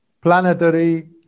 planetary